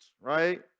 right